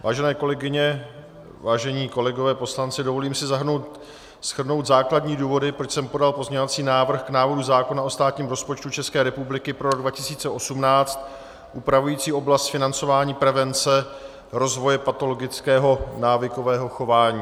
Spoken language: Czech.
Vážené kolegyně, vážení kolegové poslanci, dovolím si shrnout základní důvody, proč jsem podal pozměňovací návrh k návrhu zákona o státním rozpočtu České republiky pro rok 2018, upravující oblast financování prevence rozvoje patologického návykového chování.